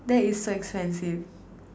that is so expensive